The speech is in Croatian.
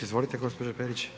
Izvolite gospođo Perić.